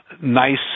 nice